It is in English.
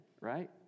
right